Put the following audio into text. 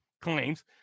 claims